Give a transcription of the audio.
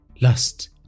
Lust